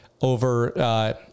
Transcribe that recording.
over